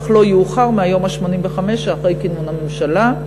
אך לא יאוחר מהיום ה-85 שאחרי כינון הממשלה.